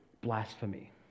blasphemy